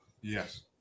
Yes